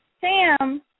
Sam